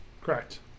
Correct